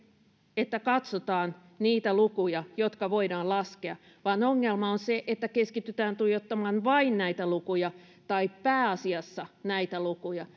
että katsotaan niitä lukuja jotka voidaan laskea vaan ongelma on se että keskitytään tuijottamaan vain näitä lukuja tai pääasiassa näitä lukuja